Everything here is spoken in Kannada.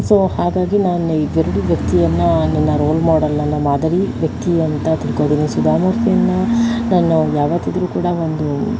ಸೊ ಹಾಗಾಗಿ ನಾನು ಇವೆರಡು ವ್ಯಕ್ತಿಯನ್ನು ನನ್ನ ರೋಲ್ ಮೋಡೆಲ್ ನನ್ನ ಮಾದರಿ ವ್ಯಕ್ತಿ ಅಂತ ತಿಳ್ಕೊಂಡಿದ್ದೀನಿ ಸುಧಾಮೂರ್ತಿಯನ್ನು ನಾನು ಯಾವತ್ತಿದ್ರೂ ಕೂಡ ಒಂದು